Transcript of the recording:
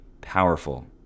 powerful